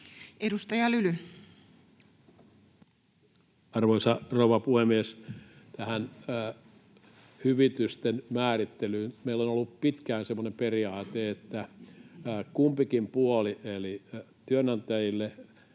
Edustaja Lyly. Arvoisa rouva puhemies! Tähän hyvitysten määrittelyyn meillä on ollut pitkään semmoinen periaate, että kummallekin puolelle. Eli työnantajilta,